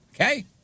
Okay